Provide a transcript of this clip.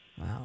Wow